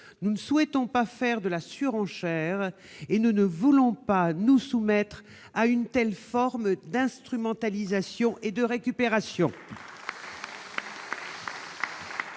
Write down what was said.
Nous ne souhaitons pas faire de la surenchère et nous ne voulons pas nous soumettre à une telle forme d'instrumentalisation et de récupération.